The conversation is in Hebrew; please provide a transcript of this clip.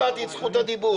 עוד לא קיבלתי את זכות הדיבור.